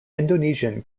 indonesian